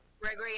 Gregory